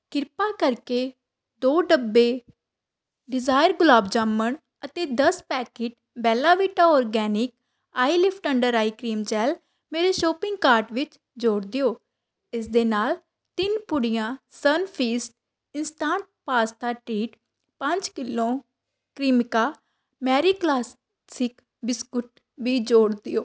ਕ੍ਰਿਪਾ ਕਰਕੇ ਦੋ ਡੱਬੇ ਡਿਜ਼ਾਇਰ ਗੁਲਾਬ ਜਾਮਣ ਅਤੇ ਦਸ packet Bella Vita organic eyelift under eye cream gel ਮੇਰੇ ਸ਼ੋਪਿੰਗ ਕਾਰਟ ਵਿੱਚ ਜੋੜ ਦਿਓ ਇਸ ਦੇ ਨਾਲ ਤਿੰਨ ਪੁੜੀਆਂ ਸਨਫੀਸਟ ਇੰਸਟਾਟ ਪਾਸਤਾ ਟ੍ਰੀਟ ਪੰਜ kilo Cremica Marie classic biscuit ਵੀ ਜੋੜ ਦਿਓ